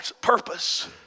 purpose